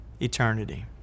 eternity